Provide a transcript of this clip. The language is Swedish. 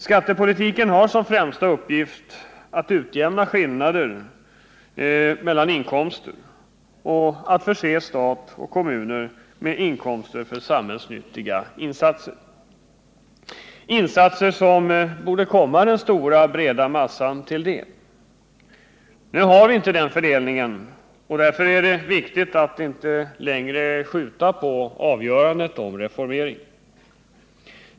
Skattepolitiken har som främsta uppgift att utjämna skillnader mellan inkomster och att förse stat och kommuner med inkomster för samhällsnyttiga insatser som borde komma den stora breda massan till del. Nu har vi inte den fördelningen, och därför är det viktigt att inte längre skjuta på avgörandet när det gäller en reformering.